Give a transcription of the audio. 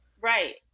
right